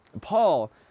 Paul